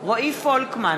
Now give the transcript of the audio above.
רועי פולקמן,